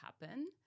happen